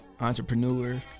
Entrepreneur